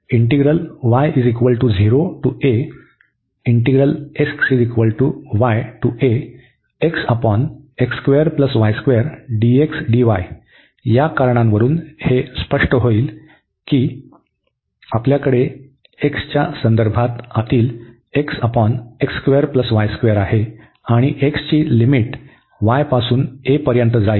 तर या कारणांवरून हे स्पष्ट होईल की आपल्याकडे x च्या संदर्भात आतील आहे आणि x ची लिमिट y पासून a पर्यंत जाईल